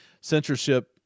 censorship